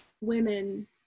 women